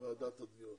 ועידת התביעות.